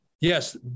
Yes